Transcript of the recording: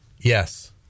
Yes